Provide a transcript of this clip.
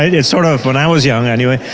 it's sort of, when i was young anyway,